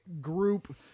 group